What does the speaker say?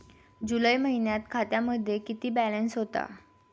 जुलै महिन्यात खात्यामध्ये किती बॅलन्स होता?